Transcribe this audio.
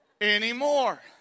anymore